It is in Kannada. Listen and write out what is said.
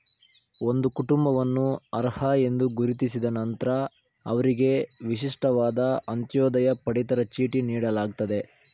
ಒಂದು ಕುಟುಂಬವನ್ನು ಅರ್ಹ ಎಂದು ಗುರುತಿಸಿದ ನಂತ್ರ ಅವ್ರಿಗೆ ವಿಶಿಷ್ಟವಾದ ಅಂತ್ಯೋದಯ ಪಡಿತರ ಚೀಟಿ ನೀಡಲಾಗ್ತದೆ